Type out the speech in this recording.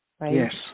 Yes